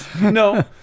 no